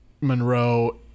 Monroe